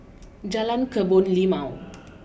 Jalan Kebun Limau